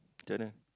tell them